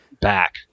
back